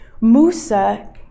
Musa